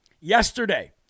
Yesterday